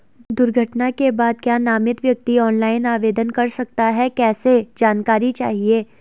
दुर्घटना के बाद क्या नामित व्यक्ति ऑनलाइन आवेदन कर सकता है कैसे जानकारी चाहिए?